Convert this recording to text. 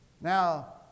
Now